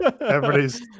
Everybody's